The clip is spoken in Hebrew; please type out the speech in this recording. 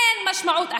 אין משמעות אחרת.